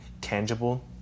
tangible